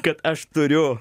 kad aš turiu